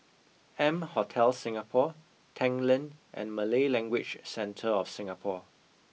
M Hotel Singapore Tanglin and Malay Language Centre of Singapore